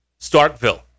Starkville